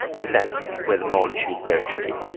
and that's where the moral issue is very tricky.